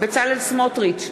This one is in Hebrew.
בצלאל סמוטריץ,